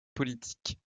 politiques